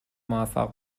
موفق